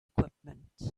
equipment